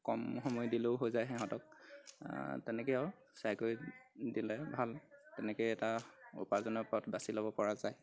কম সময় দিলেও হৈ যায় সিহঁতক তেনেকেই আৰু চাই কৰি দিলে ভাল তেনেকেই এটা উপাৰ্জনৰ পথ বাচি ল'ব পৰা যায়